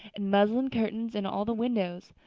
and muslin curtains in all the windows.